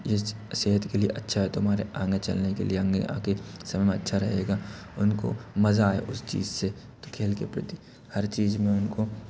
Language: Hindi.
ये सेहत के लिए अच्छा है तुम्हारे आंगे चलने के अंगे आगे समय में अच्छा रहेगा उनको मज़ा आए उस चीज से तो खेल के प्रति हर चीज में उनको